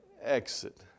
exit